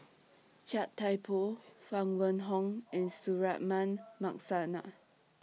Chia Thye Poh Huang Wenhong and Suratman Markasan La